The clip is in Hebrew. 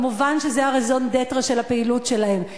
כמובן שזה ה-raison d'être של הפעילות שלהם.